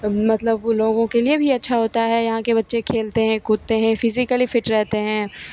मतलब वे लोगों के लिए भी अच्छा होता है यहाँ के बच्चे खेलते हैं कूदते हैं फिजिकलि फिट रहते हैं